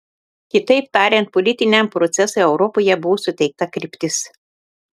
kitaip tariant politiniam procesui europoje buvo suteikta kryptis